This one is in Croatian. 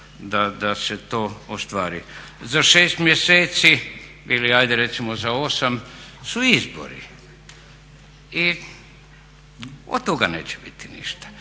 da se to ostvari, za 6 mjeseci ili ajde recimo za 8 su izbori i od toga neće biti ništa.